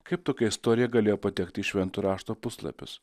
kaip tokia istorija galėjo patekti į švento rašto puslapius